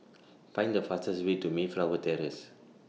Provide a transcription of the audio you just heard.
Find The fastest Way to Mayflower Terrace